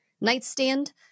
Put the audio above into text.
nightstand